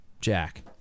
Jack